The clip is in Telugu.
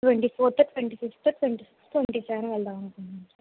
twenty fourth twenty fifth twenty sixth twenty seventh వెళ్దామనుకుంటున్నాం